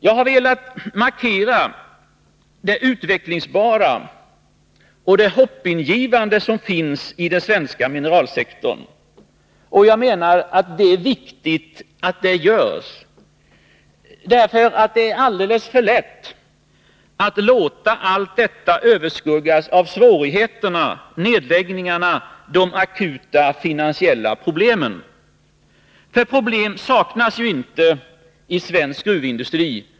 Jag har velat markera det utvecklingsbara och det hoppingivande som finnsi den svenska mineralsektorn. Jag menar att det är viktigt att detta görs, därför att det är alldeles för lätt att låta allt detta överskuggas av svårigheterna, nedläggningarna och de akuta finansiella problemen. Problem saknas ju inte i svensk gruvindustri.